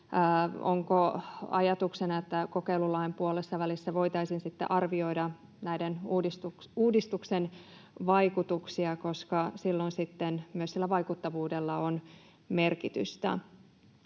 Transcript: Onko ajatuksena, että kokeilulain puolessavälissä voitaisiin sitten arvioida näitä uudistuksen vaikutuksia, koska silloin sitten myös sillä vaikuttavuudella on merkitystä?